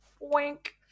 Wink